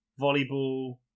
volleyball